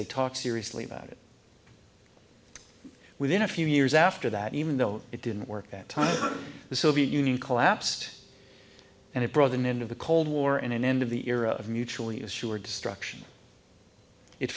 they talk seriously about it within a few years after that even though it didn't work that time the soviet union collapsed and it brought an end of the cold war and an end of the era of mutually assured destruction it